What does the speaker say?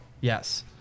Yes